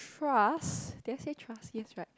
trust can I say trust right